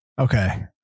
Okay